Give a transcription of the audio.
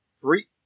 three